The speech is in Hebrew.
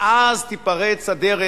ואז תיפרץ הדרך,